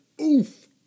oof